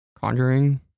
Conjuring